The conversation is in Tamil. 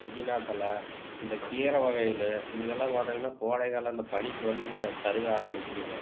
புதினா தழை இந்த கீரை வகைகள் இதுகெல்லாம் பார்த்தீங்கன்னா கோடைக்காலம் இந்த பனிக்கு வந்துங்க கருக ஆரம்பிக்குதுங்க